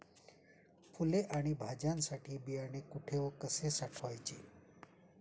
फुले आणि भाज्यांसाठी बियाणे कुठे व कसे साठवायचे?